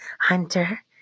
Hunter